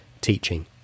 teaching